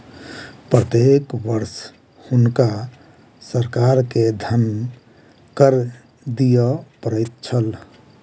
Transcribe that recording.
प्रत्येक वर्ष हुनका सरकार के धन कर दिअ पड़ैत छल